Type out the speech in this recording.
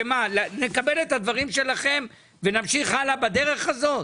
שמה נקבל את הדברים שלכם ונמשיך הלאה בדרך הזאת?